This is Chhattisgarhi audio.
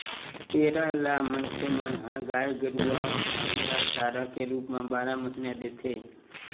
पेरा ल मनखे मन ह गाय गरुवा मन ल चारा के रुप म बारह महिना देथे